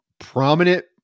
prominent